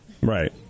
Right